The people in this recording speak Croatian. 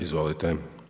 Izvolite.